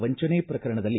ವಂಚನೆ ಪ್ರಕರಣದಲ್ಲಿ